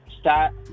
start